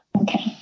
Okay